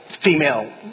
Female